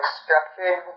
structured